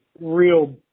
real